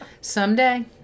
Someday